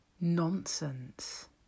nonsense